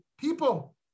people